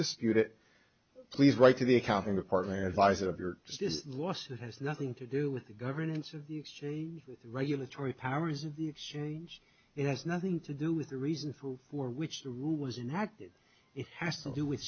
dispute it please write to the accounting department advisor you're just lost it has nothing to do with the governance of the exchange regulatory powers of the exchange it has nothing to do with the reasons for which the rule was inactive it has to do with